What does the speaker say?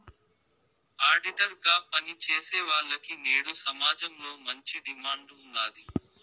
auditor గా పని చేసేవాల్లకి నేడు సమాజంలో మంచి డిమాండ్ ఉన్నాది